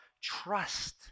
trust